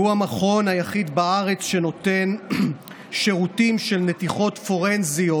שהוא המכון היחיד בארץ שנותן שירותים של נתיחות פורנזיות